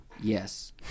Yes